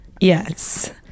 Yes